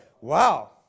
Wow